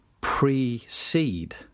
precede